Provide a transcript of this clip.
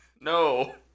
No